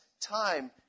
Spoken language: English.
time